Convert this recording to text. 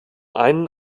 einen